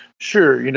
sure. you know